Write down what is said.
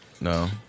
No